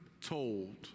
told